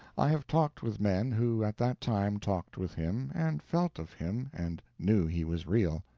i have talked with men who at that time talked with him, and felt of him, and knew he was real.